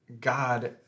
God